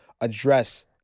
address